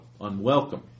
unwelcome